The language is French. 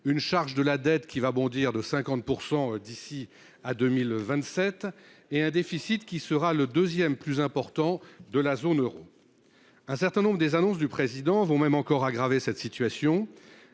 notre charge de la dette va bondir de 50 % d’ici à 2027 et notre déficit sera le deuxième plus important de la zone euro. Plusieurs annonces du Président vont même encore aggraver cette situation